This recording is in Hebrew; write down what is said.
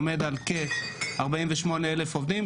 עומד על כ-48,000 עובדים,